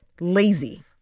lazy